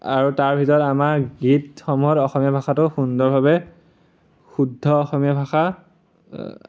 আৰু তাৰ ভিতৰত আমাৰ গীতসমূহ অসমীয়া ভাষাটো সুন্দৰভাৱে শুদ্ধ অসমীয়া ভাষা